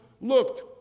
looked